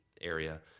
area